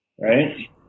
Right